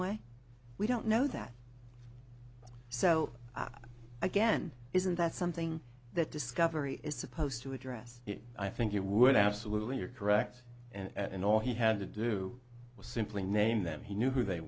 way we don't know that so again isn't that something that discovery is supposed to address i think you would absolutely you're correct and all he had to do was simply name them he knew who they